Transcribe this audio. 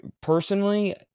Personally